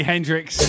Hendrix